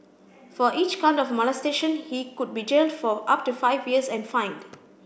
for each count of molestation he could be jailed for up to five years and fined